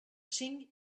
cinc